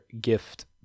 Gift